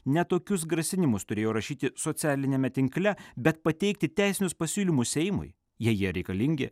ne tokius grasinimus turėjo rašyti socialiniame tinkle bet pateikti teisinius pasiūlymus seimui jei jie reikalingi